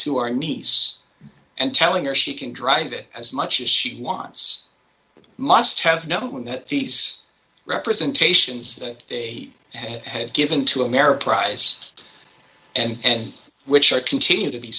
to our niece and telling her she can drive it as much as she wants must have known that these representations that they have given to america price and which are continue to be